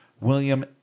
William